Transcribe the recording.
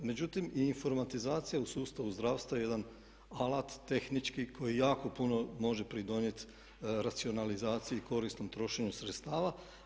Međutim i informatizacija u sustavu zdravstva jedan alat tehnički koji jako puno može pridonijeti racionalizaciji, korisnom trošenju sredstava.